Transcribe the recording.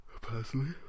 personally